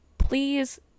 Please